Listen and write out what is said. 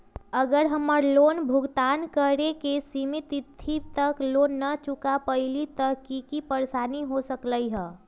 अगर हम लोन भुगतान करे के सिमित तिथि तक लोन न चुका पईली त की की परेशानी हो सकलई ह?